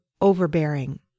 overbearing